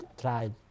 tried